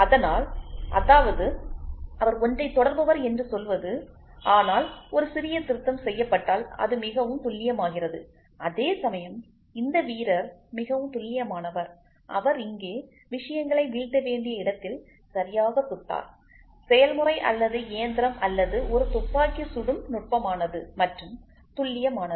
அதனால்அதாவது அவர் ஒன்றை தொடர்பவர் என்று சொல்வதுஆனால் ஒரு சிறிய திருத்தம் செய்யப்பட்டால் அது மிகவும் துல்லியமாகிறது அதேசமயம் இந்த வீரர் மிகவும் துல்லியமானவர் அவர் இங்கே விஷயங்களை வீழ்த்த வேண்டிய இடத்தில் சரியாக சுட்டார் செயல்முறை அல்லது இயந்திரம் அல்லது ஒரு துப்பாக்கி சுடும் நுட்பமானது மற்றும் துல்லியமானது